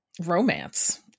romance